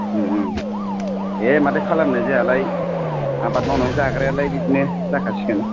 दे माथो खालामनो जोंहालाय आबाद मावनानै जाग्रायालाय बिदिनो जाखासिगोन